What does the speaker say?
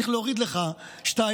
צריך להוריד לך 2,